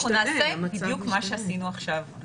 אנחנו נעשה בדיוק מה שעשינו עכשיו.